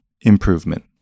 improvement